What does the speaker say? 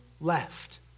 left